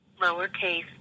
Lowercase